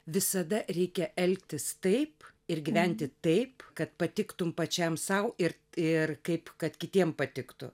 visada reikia elgtis taip ir gyventi taip kad patiktumei pačiam sau ir ir kaip kad kitiem patiktų